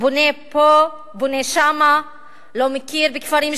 בונה פה, בונה שם, לא מכיר בכפרים שלמים,